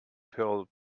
pearl